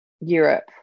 Europe